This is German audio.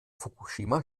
fukushima